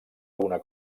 alguna